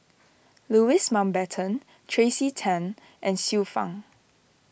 Louis Mountbatten Tracey Tan and Xiu Fang